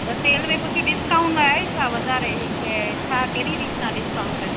त सेल में कुझु डिस्काउंट आहे छा वधारे के छा कहिड़ी रीत ना डिस्काउंट आहे